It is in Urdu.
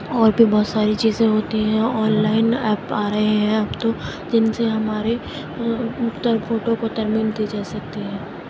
اور بھی بہت ساری چیزیں ہوتی ہیں آن لائن ایپ آ رہے ہیں اب تو جن سے ہمارے تر فوٹو کو ترمیم دی جا سکتی ہے